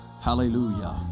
hallelujah